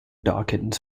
dawkins